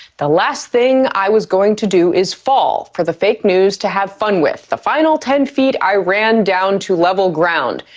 the last thing i was going to do is fall for the fake news to have fun with. final ten feet i ran down to level ground.